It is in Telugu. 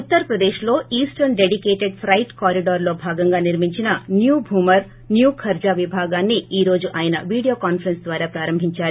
ఉత్తర ప్రదేశ్లో ఈస్రన్ డెడికేటెడ్ పైట్ కారిడార్ భాగంగా నిర్మించిన న్యూ భూరుర్ న్యూ ఖర్ణా విభాగాన్ని ఈ రోజు ఆయన వీడియోకాన్సరెన్స్ ద్వారా ప్రారంభిందారు